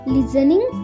Listening